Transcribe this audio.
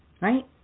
right